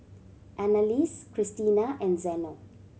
Anneliese Krystina and Zeno